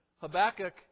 Habakkuk